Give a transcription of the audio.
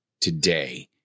today